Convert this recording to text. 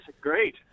great